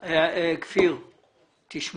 כפיר, אנחנו